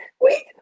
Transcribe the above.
Wait